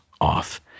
off